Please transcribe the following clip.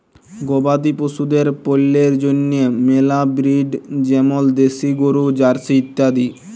গবাদি পশুদের পল্যের জন্হে মেলা ব্রিড হ্য় যেমল দেশি গরু, জার্সি ইত্যাদি